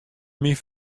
myn